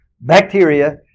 bacteria